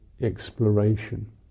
exploration